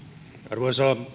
arvoisa